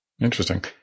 Interesting